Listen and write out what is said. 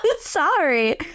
sorry